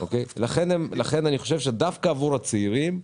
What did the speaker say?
אני חושב שדווקא עבור הצעירים,